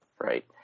right